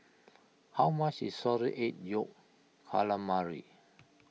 how much is Salted Egg Yolk Calamari